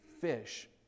fish